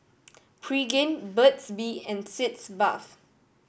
Pregain Burt's Bee and Sitz Bath